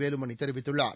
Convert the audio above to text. வேலுமணி தெரிவித்துள்ளார்